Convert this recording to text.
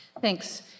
Thanks